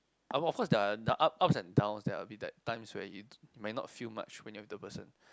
I mean of course there are up ups and downs there will be that times where you may not feel much when you are with the person